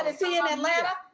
and is he in atlanta?